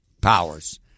powers